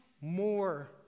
more